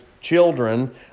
children